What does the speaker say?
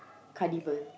carnival